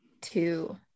two